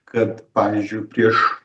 kad pavyzdžiui prieš